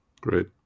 Great